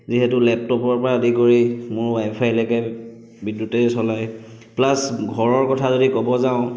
যিহেতু লেপটপৰ পৰা আদি কৰি মোৰ ৱাইফাইলৈকে বিদ্যুতেই চলায় প্লাছ ঘৰৰ অথা যদি ক'ব যাওঁ